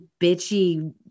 bitchy